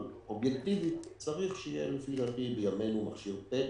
אבל אובייקטיבית צריך שיהיה בימינו מכשיר PET-CT,